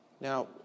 Now